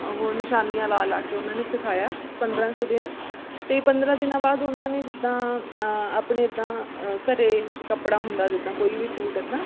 ਉਹ ਨਿਸ਼ਾਨੀਆਂ ਲਾ ਲਾ ਕੇ ਉਹਨਾਂ ਨੇ ਸਿਖਾਇਆ ਪੰਦਰਾਂ ਕੁ ਦਿਨ ਅਤੇ ਪੰਦਰਾਂ ਦਿਨਾਂ ਬਾਅਦ ਉਹਨਾਂ ਨੇ ਜਿੱਦਾਂ ਆਪਣੇ ਇੱਦਾਂ ਘਰੇ ਕੱਪੜਾ ਹੁੰਦਾ ਜਿੱਦਾਂ ਕੋਈ ਵੀ ਸੂਟ ਇੱਦਾਂ